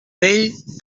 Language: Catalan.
vell